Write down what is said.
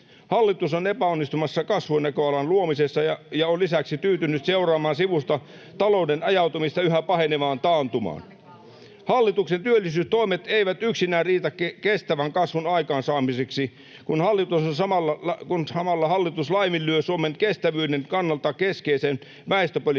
Hallitus on epäonnistumassa kasvunäköalan luomisessa ja on lisäksi tyytynyt seuraamaan sivusta talouden ajautumista yhä pahenevaan taantumaan. Hallituksen työllisyystoimet eivät yksinään riitä kestävän kasvun aikaansaamiseksi, kun hallitus samalla laiminlyö Suomen kestävyyden kannalta keskeisen väestöpolitiikan